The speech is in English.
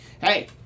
hey